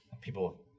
People